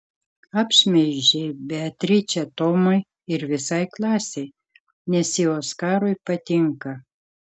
apšmeižei beatričę tomui ir visai klasei nes ji oskarui patinka